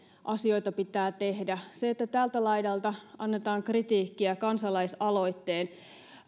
asioita pitää tehdä se että tältä laidalta annetaan kritiikkiä kansalaisaloitteen